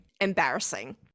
Embarrassing